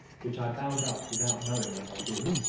which i bound up without knowing what i did,